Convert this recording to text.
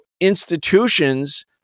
institutions